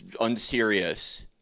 unserious